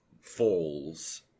falls